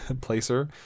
placer